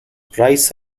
price